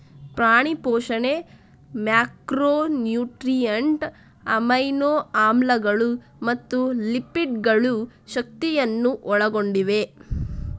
ಪ್ರಾಣಿ ಪೋಷಣೆ macro nutrient, amino ಆಮ್ಲಗಳು ಮತ್ತು ಲಿಪಿಡ್ ಗಳು ಮತ್ತು ಶಕ್ತಿಯನ್ನು ಒಳಗೊಂಡಿವೆ